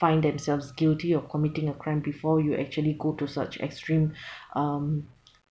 find themselves guilty of committing a crime before you actually go to such extreme um